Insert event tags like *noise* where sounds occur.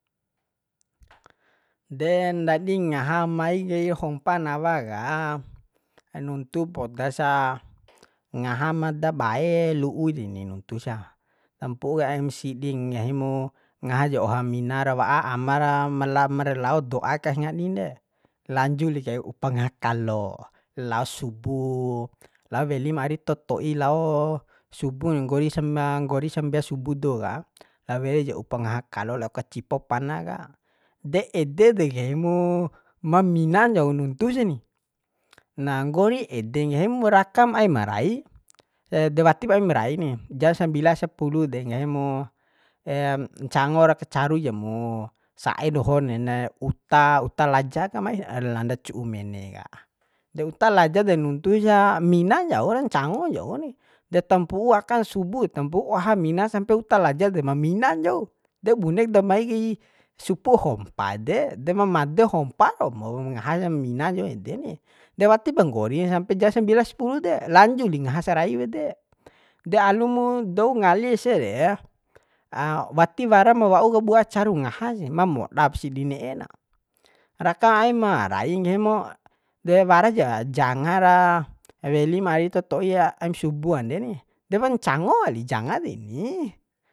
*noise* de ndadi mai kair hompa nawa ka nuntu poda sa ngahama dabae lu'u deni nuntusa tampu'u kai aim sidi nggahi mu ngaha ja oha mina ra wa'a ama ra ma la marlao do'a kas ngadin de lanju li kai upa ngaha kalo laos subu lao welim ari toto'i lao subun nggori sa *hesitation* nggori sambea subu dou ka ra weli ja upa ngaha kalo lao kacipo pana ka de ede de nggahi mu maa mina ncau nuntu sani nah nggori ede nggahi mu rakam aim rai *hesitation* de watip aim rai ni ja sambila sapulu de nggahi mu *hesitation* ncango ra ka caru jamu sa'e dohonena uta uta laja ka mai landa cu'u mene ka de uta laja de nuntu sa mina ncau re ncango ncau ni de tampu'u akan subu tambu'u oha mina sampe uta laja de ma mina ncau de bunek da mai kai supu hompa de de ma made hompa romo ku ngaha sam mina ncau ede ni de watipa nggori sampe ja sambila sapulu de lanju li ngaha sarai pede de alu mu dou ngali se re *hesitation* wati wara ma wa'u kabua caru ngaha sih ma modap sih di ne'e na raka aima rai nggahi mu de wara ja janga ra welima ari toto'i aim subu kande ni depa ncango wali janga deni